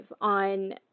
on